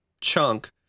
chunk